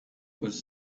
was